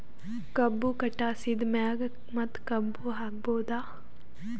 ಕಬ್ಬು ಕಟಾಸಿದ್ ಮ್ಯಾಗ ಮತ್ತ ಕಬ್ಬು ಹಾಕಬಹುದಾ?